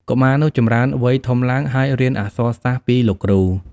កុមារនោះចម្រើនវ័យធំឡើង ហើយរៀនអក្សរសាស្ត្រពីលោកគ្រូ ។